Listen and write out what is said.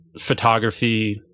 photography